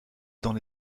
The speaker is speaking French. dans